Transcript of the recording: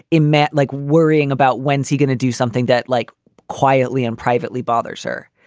emet like worrying about when's he going to do something that like quietly and privately bothers her,